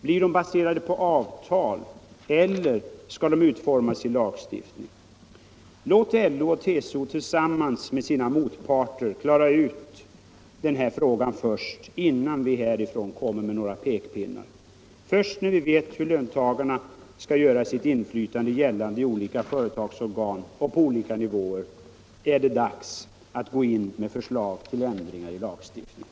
Blir de baserade på avtal eller skall de utformas i lagstiftning? Låt LO och TCO tillsammans med sina motparter klara ut den frågan först, innan vi härifrån kommer med några pekpinnar. Först när vi vet hur löntagarna skall göra sitt inflytande gällande i företagens organ på olika nivåer är det dags att komma med förslag till ändringar till lagstiftningen.